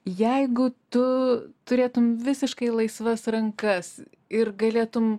jeigu tu turėtum visiškai laisvas rankas ir galėtum